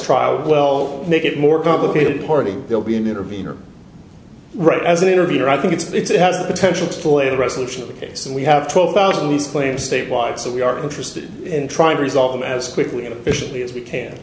trial well make it more complicated party will be an interviewer right as an interviewer i think it's it has the potential to play the resolution of the case and we have twelve thousand these claims statewide so we are interested in trying to resolve them as quickly and efficiently as we can